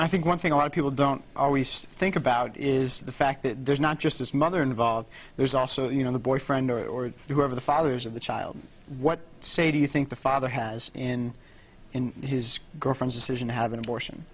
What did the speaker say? i think one thing a lot of people don't always think about is the fact that there's not just this mother involved there's also you know the boyfriend or whoever the fathers of the child what say do you think the father has in in his girlfriend's decision to have an abortion